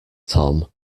tom